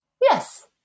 Yes